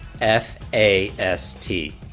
F-A-S-T